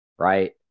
right